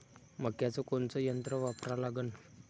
मक्याचं कोनचं यंत्र वापरा लागन?